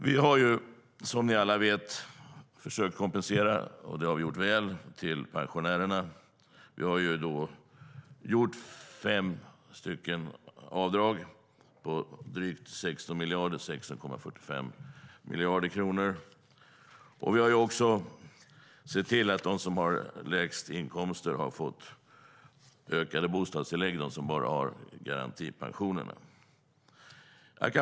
Vi har, som ni alla vet, försökt kompensera pensionärerna, och det har vi gjort väl. Vi har gjort fem avdrag på 16,45 miljarder kronor. Vi har också sett till att de som har lägst inkomster har fått ökade bostadstillägg, de som bara har garantipension.